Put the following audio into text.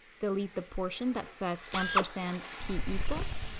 delete the portion that says ampersand key equals,